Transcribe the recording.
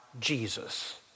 Jesus